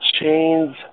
chains